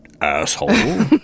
asshole